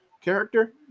character